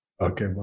Okay